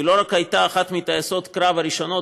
היא לא רק הייתה אחת מטייסות הקרב הראשונות,